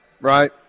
right